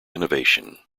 innovation